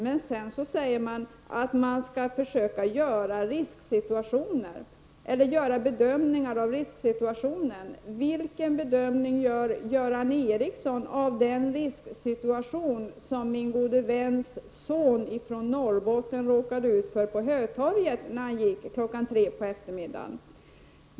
Samtidigt säger han att man skall se till risksituationen och utifrån den bedöma om knivförbud skall gälla. Vilken bedömning gör Göran Ericsson av den risksituation som min gode väns son i Norrbotten råkade ut för på Hötorget kl. 15.00 på eftermiddagen?